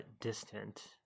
distant